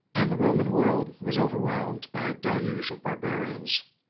and the roman world was overwhelmed by a deluge of barbarians.